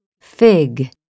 Fig